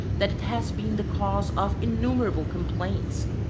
that it has been the cause of innumerable complaints.